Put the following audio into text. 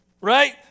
right